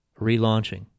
relaunching